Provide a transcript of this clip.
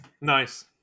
Nice